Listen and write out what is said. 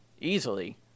easily